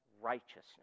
righteousness